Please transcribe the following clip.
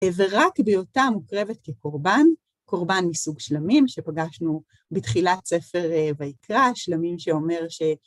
ורק בהיותה מוקרבת כקורבן, קורבן מסוג שלמים, שפגשנו בתחילת ספר ויקרא, שלמים שאומר ש